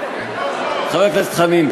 חבר הכנסת חנין,